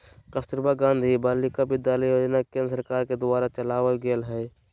कस्तूरबा गांधी बालिका विद्यालय योजना केन्द्र सरकार के द्वारा चलावल गेलय हें